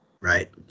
Right